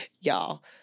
y'all